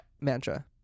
Mantra